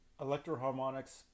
Electroharmonics